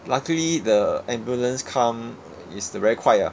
luckily the ambulance come is the very 快 ah